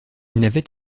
n’avait